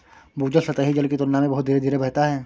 भूजल सतही जल की तुलना में बहुत धीरे धीरे बहता है